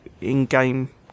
in-game